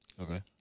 Okay